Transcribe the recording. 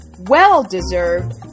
well-deserved